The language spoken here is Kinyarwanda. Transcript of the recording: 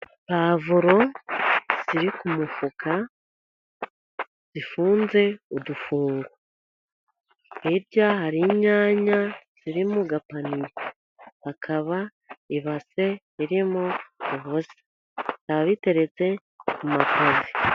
Puwavuro ziri ku mufuka, zifunze udufungo. Hirya hari inyanya ziri mu gapaniye. Hakaba ibase iririmo ubusa. Bikaba biteretse ku mapave.